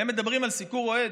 והם מדברים על סיקור אוהד?